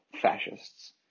fascists